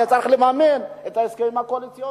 היה צריך לממן את ההסכמים הקואליציוניים.